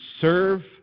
serve